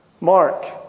mark